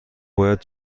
باید